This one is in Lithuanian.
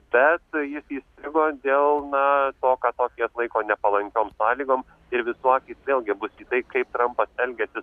bet jis įstrigo dėl na to ką tokijas laiko nepalankiom sąlygom ir visų akys vėlgi bus į tai kaip trampas elgiasi